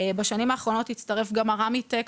בשנים האחרונות הצטרף גם הרמיטק.